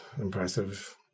impressive